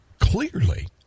Clearly